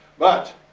but,